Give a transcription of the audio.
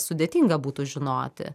sudėtinga būtų žinoti